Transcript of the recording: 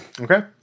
okay